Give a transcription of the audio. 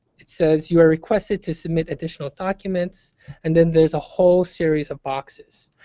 it says, you are requested to submit additional documents and then there's a whole series of boxes.